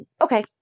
Okay